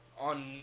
On